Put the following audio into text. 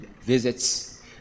visits